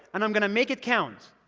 and i'm going to make it count.